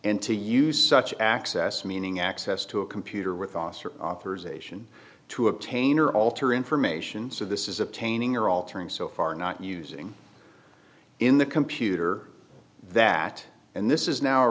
and to use such access meaning access to a computer with auster authorization to obtain or alter information so this is obtaining or altering so far not using in the computer that and this is now